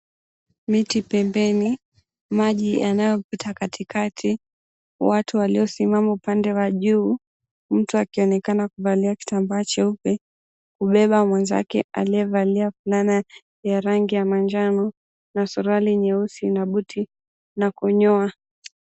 Miti pembeni, maji yanayopita katikati. Watu waliosimama upande wa juu, mtu akionekana kuvalia kitambaa cheupe, kubeba mwenzake aliyevalia fulana ya rangi ya manjano na suruali nyeusi, na buti na kunyoa.